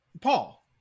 Paul